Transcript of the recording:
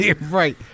Right